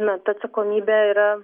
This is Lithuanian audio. na ta atsakomybė yra